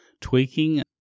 tweaking